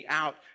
out